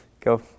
Go